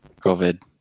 COVID